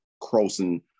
crossing